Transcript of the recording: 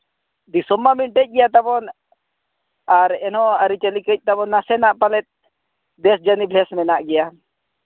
ᱫᱤᱥᱚᱢ ᱢᱟ ᱢᱤᱫᱴᱮᱡ ᱜᱮᱭᱟ ᱛᱟᱵᱚᱱ ᱟᱨ ᱮᱱᱦᱚᱸ ᱟᱹᱨᱤᱼᱪᱤᱹᱞᱤ ᱠᱟᱹᱡ ᱛᱟᱵᱚᱱ ᱱᱟᱥᱮᱱᱟᱜ ᱯᱟᱞᱮᱫ ᱫᱮᱥ ᱡᱟᱹᱱᱤ ᱵᱷᱮᱥ ᱢᱮᱱᱟᱜ ᱜᱮᱭᱟ